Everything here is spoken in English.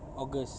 august